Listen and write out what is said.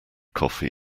coffee